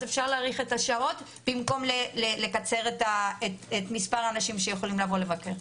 אז אפשר להאריך את השעות במקום לצמצם את מספר האנשים שיכולים לבוא לבקר.